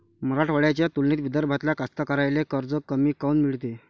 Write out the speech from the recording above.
मराठवाड्याच्या तुलनेत विदर्भातल्या कास्तकाराइले कर्ज कमी काऊन मिळते?